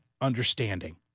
understanding